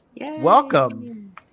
Welcome